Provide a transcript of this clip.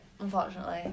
Unfortunately